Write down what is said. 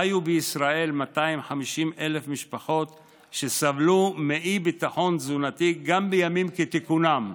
חיו בישראל 250,000 משפחות שסבלו מאי-ביטחון תזונתי גם בימים כתיקונם.